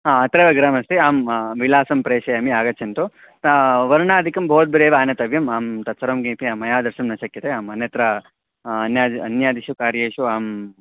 हा अत्रैव गृहमस्ति अहं विलासं प्रेषयामि आगच्छन्तु वर्णादिकं भवद्भिरेव आनेतव्यमहं तत् सर्वं किमपि मया द्रष्टुं न शक्यते अहम् अन्यत्र अन्याद् अन्यादिषु कार्येषु अहम्